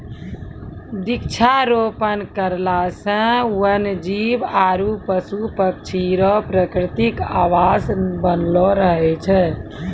वृक्षारोपण करला से वन जीब आरु पशु पक्षी रो प्रकृतिक आवास बनलो रहै छै